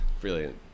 brilliant